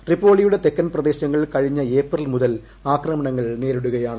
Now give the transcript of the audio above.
ട്രിപോളിയുടെ തെക്കൻ പ്രദേശങ്ങൾ കഴിഞ്ഞ ഏപ്രിൽ മുതൽ ആക്രമണങ്ങൾ നേരിടുകയാണ്